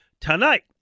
Tonight